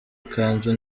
ikanzu